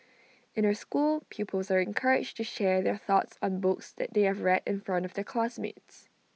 in her school pupils are encouraged to share their thoughts on books they have read in front of their classmates